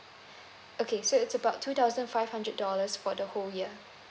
okay so it's about two thousand five hundred dollars for the whole year